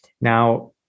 Now